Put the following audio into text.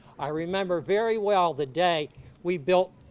i remember very well the day we built